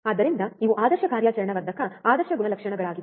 ಆದ್ದರಿಂದ ಇವು ಆದರ್ಶ ಕಾರ್ಯಾಚರಣಾ ವರ್ಧಕದ ಆದರ್ಶ ಗುಣಲಕ್ಷಣಗಳಾಗಿವೆ